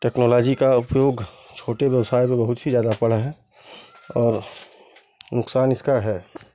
technology का उपयोग छोटे व्यवसाय में बहुत सी ज़्यादा पड़ा है और नुकसान इसका है